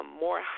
more